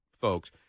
folks